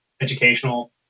educational